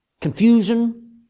Confusion